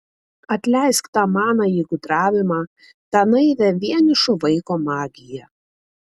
atleisk tą manąjį gudravimą tą naivią vienišo vaiko magiją